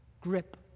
grip